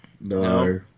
no